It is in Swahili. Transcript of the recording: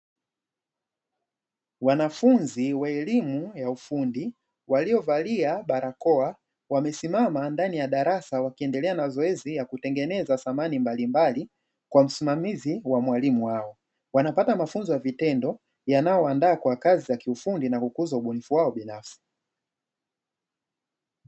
Wanafunzi wa elimu ya ufundi waliovalia barakoa, wamesimama ndani ya darasa wakiendelea na zoezi la kutengeneza samani mbalimbali, kwa usimamizi wa mwalimu wao. Wanapata mafunzo ya vitendo yanayowaandaa kwa kazi za kiufundi na kukuza ubunifu wao binafsi.